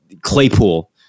Claypool